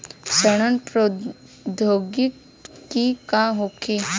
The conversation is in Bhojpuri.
सड़न प्रधौगकी का होखे?